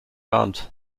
round